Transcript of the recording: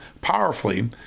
powerfully